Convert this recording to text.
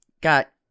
got